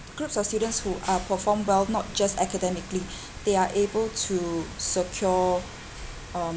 groups of students who are perform well not just academically they are able to secure um